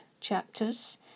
chapters